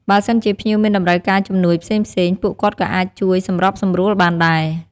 ពួកគាត់ក៏មានតួនាទីក្នុងការជួយ ថែរក្សាអនាម័យ និងសណ្ដាប់ធ្នាប់នៅជុំវិញបរិវេណពិធី និងទីអារាមទាំងមូល ដើម្បីឲ្យបរិយាកាសមានភាពស្អាតបាត និងគួរឲ្យរីករាយ។